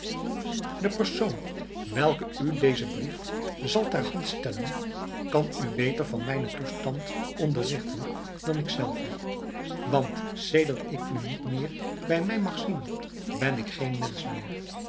de persoon welke u dezen brief zal ter hand stellen kan u beter van mijnen toestand onderrigten dan ik zelve want sedert ik u niet meer bij mij mag zien ben ik geen mensch meer